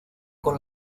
con